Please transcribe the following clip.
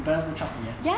你 parents 不 trust 你 meh